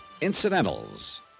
incidentals